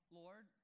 lord